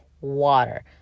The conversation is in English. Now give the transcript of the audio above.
water